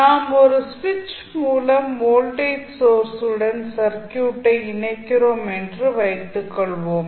நாம் ஒரு சுவிட்ச் மூலம் வோல்ட்டேஜ் சொர்ஸுடன் சர்க்யூட்டை இணைக்கிறோம் என்று வைத்துக் கொள்ளுவோம்